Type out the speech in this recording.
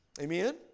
Amen